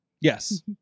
Yes